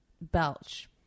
belch